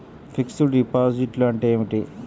Fixed డిపాజిట్లు అంటే ఏమిటి?